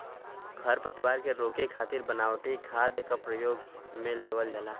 खरपतवार के रोके खातिर बनावटी खाद क परयोग में लेवल जाला